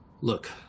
Look